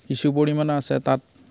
কিছু পৰিমাণে আছে তাত